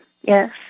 Yes